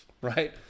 right